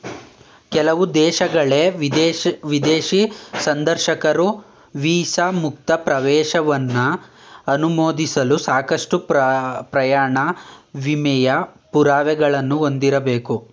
ಕೆಲವು ದೇಶಗಳ್ಗೆ ವಿದೇಶಿ ಸಂದರ್ಶಕರು ವೀಸಾ ಮುಕ್ತ ಪ್ರವೇಶವನ್ನ ಅನುಮೋದಿಸಲು ಸಾಕಷ್ಟು ಪ್ರಯಾಣ ವಿಮೆಯ ಪುರಾವೆಗಳನ್ನ ಹೊಂದಿರಬೇಕು